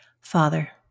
Father